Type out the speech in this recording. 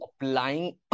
applying